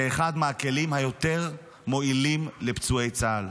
אחד מהכלים היותר-מועילים לפצועי צה"ל.